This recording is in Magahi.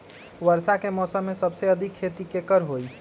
वर्षा के मौसम में सबसे अधिक खेती केकर होई?